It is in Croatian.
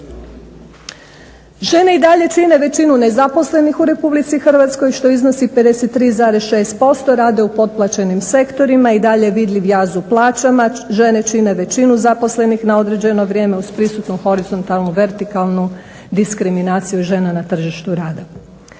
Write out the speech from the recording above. Žene i dalje čine većinu nezaposlenih u Republici Hrvatskoj, što iznosi 53,6%, rade u potplaćenim sektorima i dalje je vidljiv jaz u plaćama. Žene čine većinu zaposlenih na određeno vrijeme uz prisutnu horizontalnu, vertikalnu diskriminaciju žena na tržištu rada.